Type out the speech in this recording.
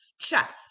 check